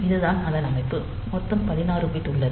இது தான் அதன் அமைப்பு மொத்தம் 16 பிட் உள்ளது